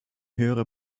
höhere